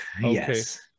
yes